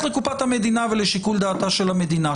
לקופת המדינה ולשיקול דעתה של המדינה.